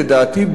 לדעתי,